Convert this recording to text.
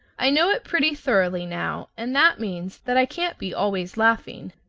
i know it pretty thoroughly now, and that means that i can't be always laughing.